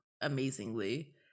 amazingly